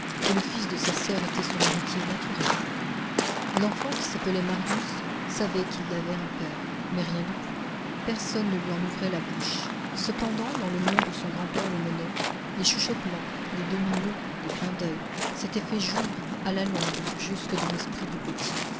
et le fils de sa soeur était son héritier naturel l'enfant qui s'appelait marius savait qu'il avait un père mais rien de plus personne ne lui en ouvrait la bouche cependant dans le monde où son grand-père le menait les chuchotements les demi-mots les clins d'yeux s'étaient fait jour à la longue jusque dans l'esprit du petit